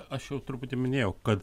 aš jau truputį minėjau kad